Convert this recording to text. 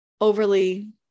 overly